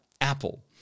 Apple